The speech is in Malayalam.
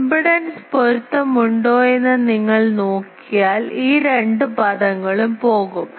ഇംപെഡൻസ് പൊരുത്തമുണ്ടോയെന്ന് നിങ്ങൾ നോക്കിയാൽ ഈ രണ്ട് പദങ്ങളും പോകും